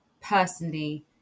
personally